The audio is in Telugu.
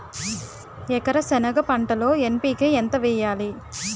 ఎకర సెనగ పంటలో ఎన్.పి.కె ఎంత వేయాలి?